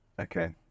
Okay